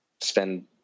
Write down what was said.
spend